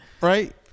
Right